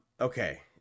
okay